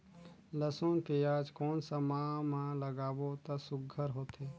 लसुन पियाज कोन सा माह म लागाबो त सुघ्घर होथे?